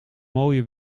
mooie